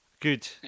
Good